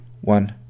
one